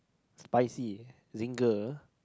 spicy Zinger